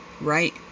Right